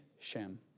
Shem